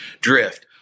drift